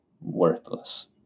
Worthless